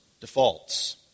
defaults